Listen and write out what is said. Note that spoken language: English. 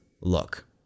look